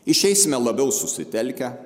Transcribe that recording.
išeisime labiau susitelkę